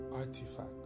Artifact